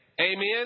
Amen